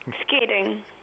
Skating